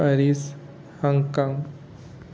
Paris Hong Kong